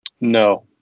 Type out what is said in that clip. No